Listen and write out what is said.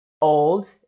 old